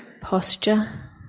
posture